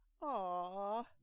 Aw